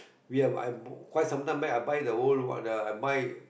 we've I have quite sometime back I buy the old one I buy